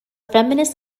feminists